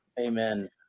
Amen